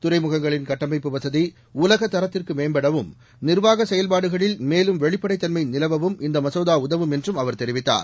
துறைமுகங்களின் கட்டமைப்பு வசதி உலக தரத்திற்கு மேம்படவும் நிர்வாக செயல்பாடுகளில் மேலும் வெளிப்படைத் தன்மை நிலவவும் இந்த மசோதா உதவும் என்றும் அவர் தெரிவித்தார்